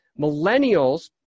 millennials